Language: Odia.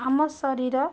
ଆମ ଶରୀର